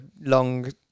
long